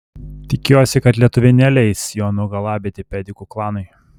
tikiuosi kad lietuviai neleis jo nugalabyti pedikų klanui